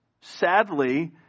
sadly